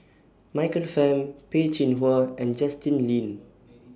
Michael Fam Peh Chin Hua and Justin Lean